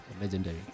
legendary